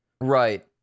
Right